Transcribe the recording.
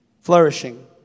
flourishing